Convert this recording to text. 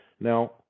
Now